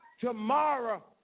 Tomorrow